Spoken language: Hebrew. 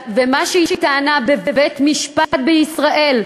ומה שהיא טענה בבית-משפט בישראל,